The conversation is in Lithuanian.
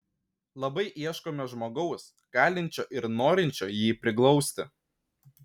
labai ieškome žmogaus galinčio ir norinčio jį priglausti